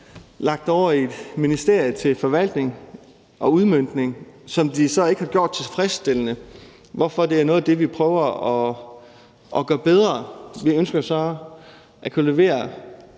lagt over i et ministerie til forvaltning og udmøntning, hvilket de så ikke har udført tilfredsstillende, hvorfor det er noget af det, vi prøver at gøre bedre. Vi ønsker at kunne levere